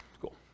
cool